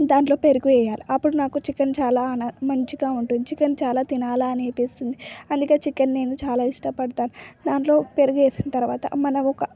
దాంట్లో పెరుగు వెయ్యాలి అప్పుడు నాకు చికెన్ చాలా మంచిగా ఉంటుంది చికెన్ చాలా తినాలనిపిస్తుంది అందుకే చికెన్ నేను చాలా ఇష్టపడతాను దాంట్లో పెరుగు వేసిన తర్వాత మనం ఒక